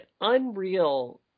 Unreal